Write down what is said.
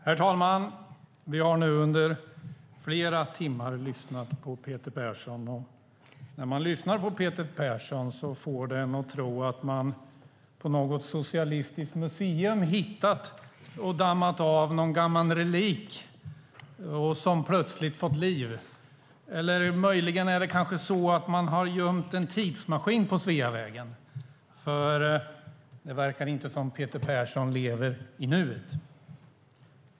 Herr talman! Vi har nu under flera timmar lyssnat på Peter Persson. Att lyssna på Peter Persson får en att tro att man på något socialistiskt museum har hittat och dammat av någon gammal relik som plötsligt fått liv. Eller möjligen är det kanske så att man har gömt en tidsmaskin på Sveavägen, för det verkar inte som att Peter Persson lever i nuet.